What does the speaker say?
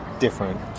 different